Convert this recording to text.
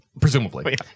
Presumably